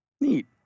neat